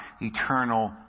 eternal